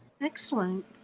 Excellent